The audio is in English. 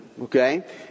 okay